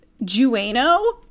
juano